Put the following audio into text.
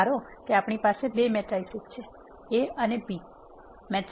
ચાલો ધારો કે આપણી પાસે બે મેટ્રિસીસ A અને B છે જે અહીં બતાવ્યા છે